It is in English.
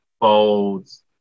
folds